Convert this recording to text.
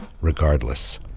Regardless